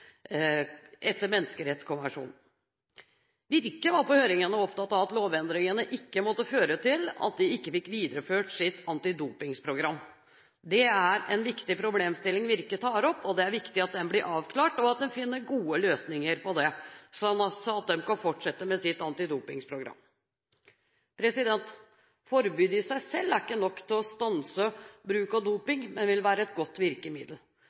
etter menneskerettskonvensjonen. Virke var på høringen opptatt av at lovendringene ikke måtte føre til at de ikke fikk videreført sitt antidopingprogram. Det er en viktig problemstilling Virke tar opp, og det er viktig at den blir avklart, og at en finner gode løsninger, slik at de kan fortsette med sitt antidopingprogram. Forbudet i seg selv er ikke nok til å stanse bruk av doping, men vil være et godt virkemiddel.